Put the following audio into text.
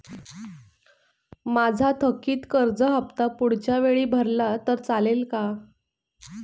माझा थकीत कर्ज हफ्ता पुढच्या वेळी भरला तर चालेल का?